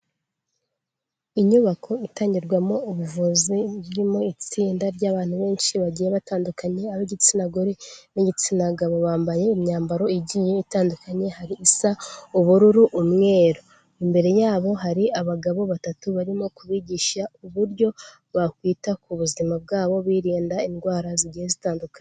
Inyubako itangirwamo ubuvuzi burimo itsinda ry'abantu benshi bagiye batandukanye, ab'igitsina gore n'igitsina gabo bambaye imyambaro igiye itandukanye hari isa ubururu, umweru. Imbere yabo hari abagabo batatu barimo kubigisha uburyo bakwita ku buzima bwabo birinda indwara zigiye zitandukanye.